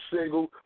single